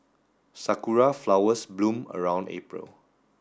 sakura flowers bloom around April